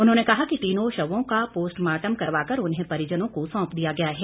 उन्होंने कहा कि तीनों शवों का पोस्टमार्टम करवाकर उन्हें परिजनों को सौंप दिया गया है